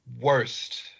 worst